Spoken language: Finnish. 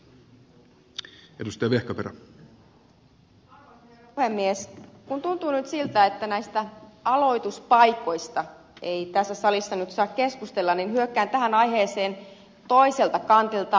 kun tuntuu siltä että näistä aloituspaikoista ei tässä salissa nyt saa keskustella niin hyökkään tähän aiheeseen toiselta kantilta